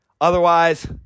Otherwise